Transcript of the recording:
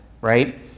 right